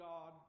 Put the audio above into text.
God